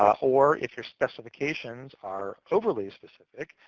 or if your specifications are overly specific,